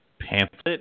pamphlet